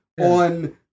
on